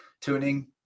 tuning